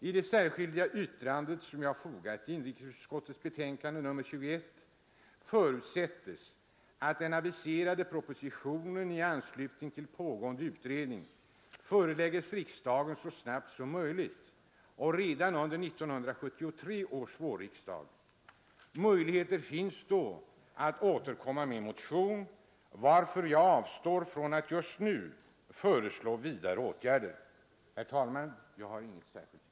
I det särskilda yttrande som jag fogat till inrikesutskottets betänkande nr 21 förutsättes att den aviserade propositionen i anslutning till pågående utredning föreläggs riksdagen så snabbt som möjligt och redan under 1973 års vårriksdag. Möjligheter finns då att återkomma med motion, varför jag avstår från att just nu föreslå vidare åtgärder. Herr talman! Jag har inget yrkande.